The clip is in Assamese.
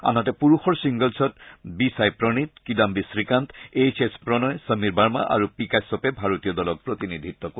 আনহাতে পুৰুষৰ ছিংগলছত B Sai Praneeth Kidambi Srikanth H S Prannoy Sameer Verma আৰু পি কাশ্যপে ভাৰতীয় দলক প্ৰতিনিধিত্ব কৰিব